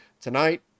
tonight